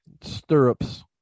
stirrups